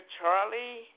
Charlie